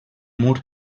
mur